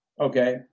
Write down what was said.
okay